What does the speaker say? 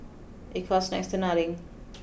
it costs next to nothing